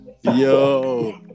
Yo